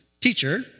Teacher